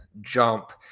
jump